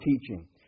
teaching